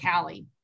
Callie